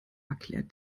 erklärt